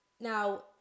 Now